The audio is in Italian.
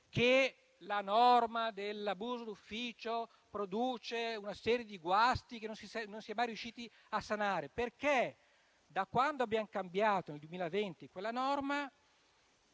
che la norma dell'abuso d'ufficio produce una serie di guasti che non si è mai riusciti a sanare, perché, da quando abbiamo cambiato nel 2020 quella norma,